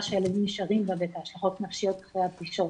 שהילדים נשארים בה ואת ההשלכות הנפשיות אחרי הפלישות.